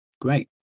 Great